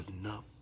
Enough